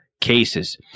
cases